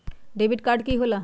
Debit card की होला?